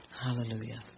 Hallelujah